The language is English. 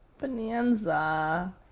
Bonanza